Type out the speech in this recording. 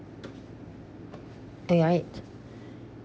they are it